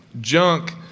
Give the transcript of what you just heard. junk